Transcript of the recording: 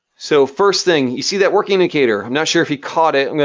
so, first thing. you see that working indicator? i'm not sure if you caught it.